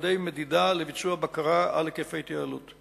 ומועדי מדידה לביצוע בקרה על היקף ההתייעלות.